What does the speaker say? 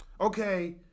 okay